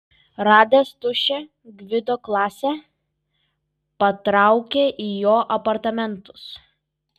radęs tuščią gvido klasę patraukė į jo apartamentus